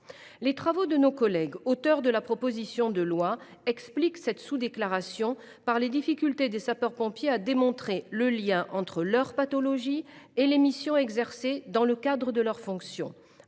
d’information, nos collègues auteures de la proposition de loi ont expliqué cette sous déclaration par les difficultés rencontrées par les sapeurs pompiers à démontrer le lien entre leur pathologie et les missions exercées dans le cadre de leurs fonctions.